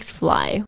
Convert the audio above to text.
fly